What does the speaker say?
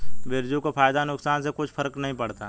बिरजू को फायदा नुकसान से कुछ फर्क नहीं पड़ता